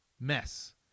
mess